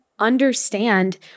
understand